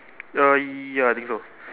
uh ya I think so